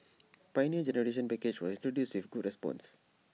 Pioneer Generation package was introduced with good response